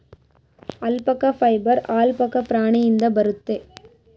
alpaca fibre alpaca ಪ್ರಾಣಿಯಿಂದ ಬರುತ್ತೆ